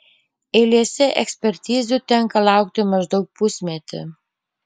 eilėse ekspertizių tenka laukti maždaug pusmetį